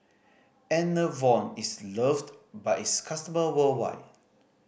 Enervon is loved by its customer worldwide